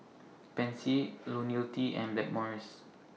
Pansy Ionil T and Blackmores